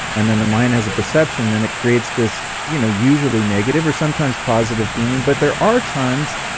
and then the mind has a perception, then it creates this you know usually negative or sometimes positive feeling, but there are times